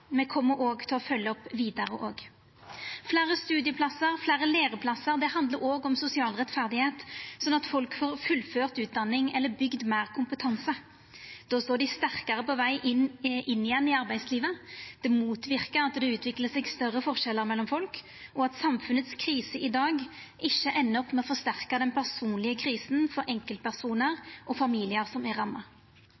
Me kjem òg til å følgja opp vidare. Fleire studieplassar og fleire læreplassar handlar òg om sosial rettferd, sånn at folk får fullført utdanning eller bygd meir kompetanse. Då står dei sterkare på veg inn igjen i arbeidslivet. Det motverkar at det utviklar seg større forskjellar mellom folk, og at samfunnets krise i dag ikkje endar opp med å forsterka den personlege krisa for enkeltpersonar